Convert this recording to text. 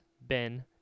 Ben